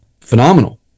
phenomenal